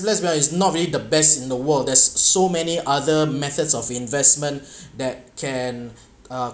is not really the best in the world there's so many other methods of investment that can uh